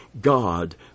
God